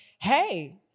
hey